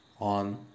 on